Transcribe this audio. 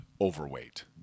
overweight